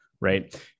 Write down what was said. right